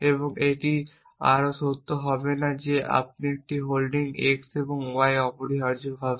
এবং এটি আর সত্য হবে না যে আপনি একটি হোল্ডিং x এবং পরিষ্কার y অপরিহার্যভাবে